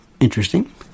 interesting